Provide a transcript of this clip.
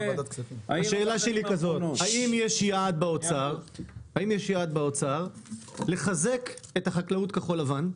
השאלה שלי היא האם יש יעד באוצר לחזק את החקלאות כחול-לבן?